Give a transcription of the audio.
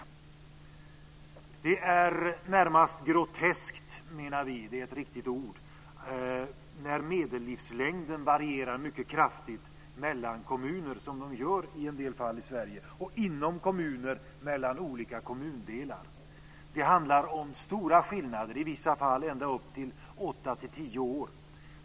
Vi menar att det är närmast groteskt - och det är ett riktigt ord - när medellivslängden varierar mycket kraftigt mellan kommuner, som den gör i en del fall i Sverige, och inom kommuner i olika kommundelar. Det handlar om stora skillnader, i vissa fall ända upp till 8-10 år.